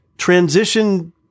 Transition